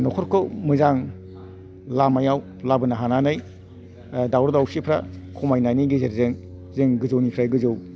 न'खरखौ मोजां लामायाव लाबोनो हानानै दावराव दावसिफ्रा खमायनायनि गेजेरजों जों गोजौनिफ्राय गोजौ